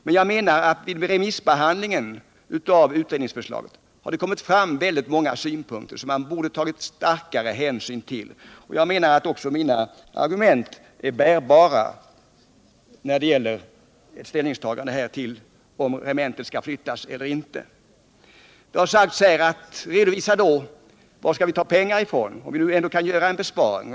Men jag menar att det vid remissbehandlingen av utredningsförslaget har kommit fram många synpunkter som man borde tagit större hänsyn till, och . jag menar att också mina argument är bärande när det gäller ställningsta gandet till om regementet skall flytta eller inte. Det gäller då var vi skall ta pengarna ifrån, om vi nu ändå kan göra besparingar.